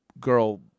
girl